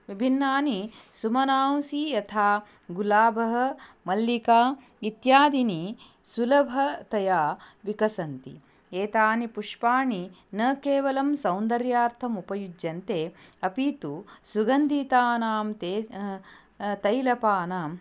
विभिन्नाः सुमनाः यथा गुलाबः मल्लिका इत्यादयः सुलभतया विकसन्ति एतानि पुष्पाणि न केवलं सौन्दर्यार्थम् उपयुज्यन्ते अपि तु सुगन्धितानां ते तैलपानाम्